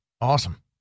Awesome